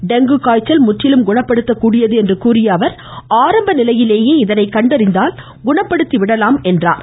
dengue காய்ச்சல் முற்றிலும் குணப்படுத்தக்கூடியது என்று கூறியஅவர் ஆரம்ப நிலையிலேயே இதனை கண்டறிந்தால் குணப்படுத்திவிடலாம் என்றார்